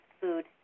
food